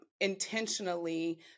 intentionally